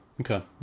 Okay